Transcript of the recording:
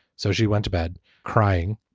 so she went to bed crying.